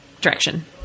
direction